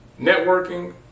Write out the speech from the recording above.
networking